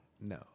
No